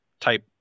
type